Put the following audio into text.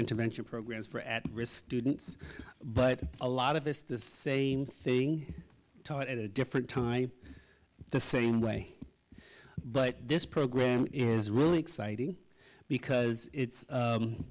intervention programs for at risk students but a lot of the same thing taught at a different time the same way but this program is really exciting because it's